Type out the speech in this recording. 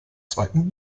zweiten